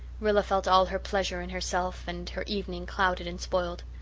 rilla felt all her pleasure in herself and her evening clouded and spoiled.